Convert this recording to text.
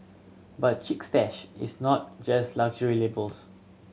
but Chic Stash is not just luxury labels